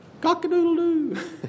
Cock-a-doodle-doo